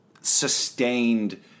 sustained